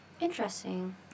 Interesting